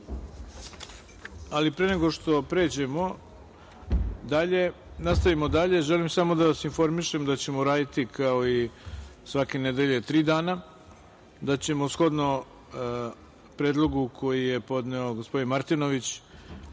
Vulina. Pre nego što nastavimo dalje, želim samo da vas informišem da ćemo raditi kao i svake nedelje tri dana, da ćemo shodno predlogu koji je podneo gospodin Martinović